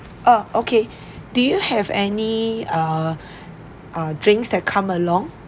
oh okay do you have any err uh drinks that come along